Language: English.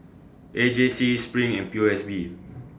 A J C SPRING and P O S B